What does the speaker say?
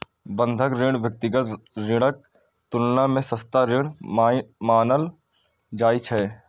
बंधक ऋण व्यक्तिगत ऋणक तुलना मे सस्ता ऋण मानल जाइ छै